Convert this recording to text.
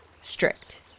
strict